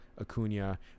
Acuna